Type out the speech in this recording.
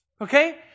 Okay